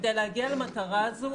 וכדי להגיע למטרה הזו,